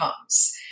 comes